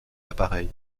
appareils